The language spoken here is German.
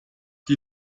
die